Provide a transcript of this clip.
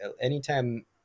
anytime